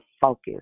focus